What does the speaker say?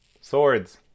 swords